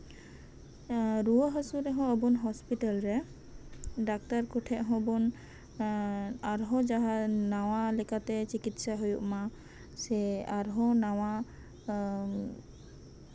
ᱨᱩᱣᱟᱹ ᱦᱟᱹᱥᱩᱜ ᱨᱮᱦᱚᱸ ᱟᱵᱚᱱ ᱦᱟᱸᱥᱯᱤᱴᱟᱞ ᱨᱮ ᱰᱟᱠᱴᱟᱨ ᱠᱚᱴᱷᱮᱡ ᱦᱚᱸᱵᱚᱱ ᱟᱨᱦᱚᱸ ᱱᱟᱣᱟ ᱡᱟᱦᱟᱸᱞᱮᱠᱟᱛᱮ ᱪᱤᱠᱤᱛᱥᱟ ᱦᱩᱭᱩᱜ ᱢᱟ ᱥᱮ ᱟᱨᱦᱚᱸ ᱱᱟᱣᱟ